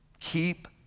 Keep